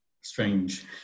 strange